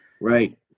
Right